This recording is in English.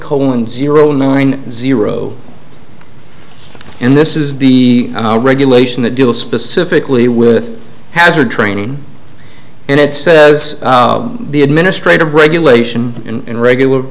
colin zero nine zero and this is the regulation that deal specifically with hazard training and it says the administrative regulation and regular